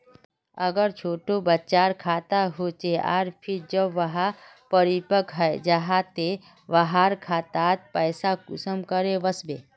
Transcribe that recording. अगर छोटो बच्चार खाता होचे आर फिर जब वहाँ परिपक है जहा ते वहार खातात पैसा कुंसम करे वस्बे?